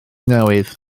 newydd